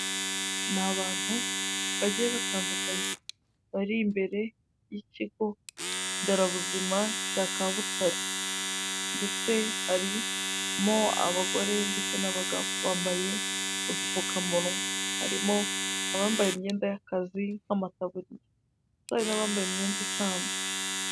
Ni abantu bagiye batandukanye bari imbere y'ikigo nderabuzima cya Kabutare ndetse harimo abagore ndetse n'abagabo, bambaye udupfukamunwa, harimo abambaye imyenda y'akazi n'amataburiya ndetse hari n'abambaye imyenda isanzwe.